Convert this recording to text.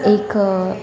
एक